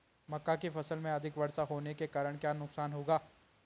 मक्का की फसल में अधिक वर्षा होने के कारण क्या नुकसान होगा?